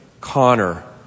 Connor